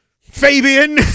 Fabian